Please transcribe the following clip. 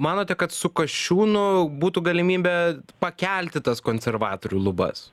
manote kad su kasčiūnu būtų galimybė pakelti tas konservatorių lubas